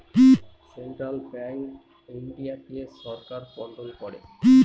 central bank ইন্ডিয়াতে সরকার control করে